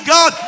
God